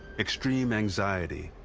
extreme anxiety,